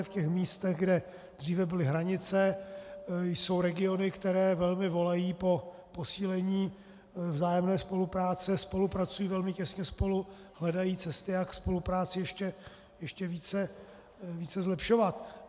V místech, kde dříve byly hranice, jsou regiony, které velmi volají pro posílení vzájemné spolupráce, spolupracují velmi těsně spolu, hledají cesty, jak spolupráci ještě více zlepšovat.